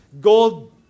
gold